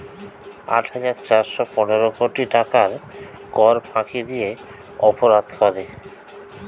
আট হাজার চারশ পনেরো কোটি টাকার কর ফাঁকি দিয়ে অপরাধ করে